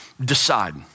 decide